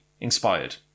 inspired